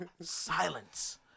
silence